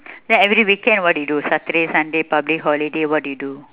then every weekend what do you do saturday sunday public holiday what do you do